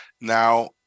now